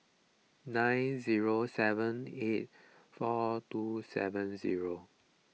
nine zero seven eight four two seven zero